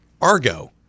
Argo